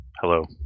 Hello